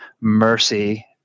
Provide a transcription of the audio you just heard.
mercy